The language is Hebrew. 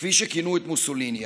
כפי שכינו את מוסוליני,